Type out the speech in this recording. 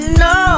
no